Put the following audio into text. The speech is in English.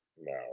No